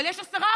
אבל יש 10%,